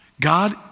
God